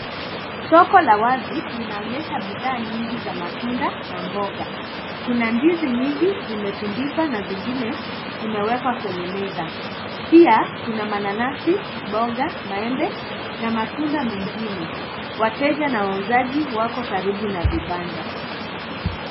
Soko la wazi linaonyesha bidhaa nyingi za matunda na mboga kuna ndizi nyingi zimetundikwa na zingine zimewekwa kwenye meza pia kuna mananasi mboga maembe na matunda mengine wateja na wauzaji wako karibu na kibanda.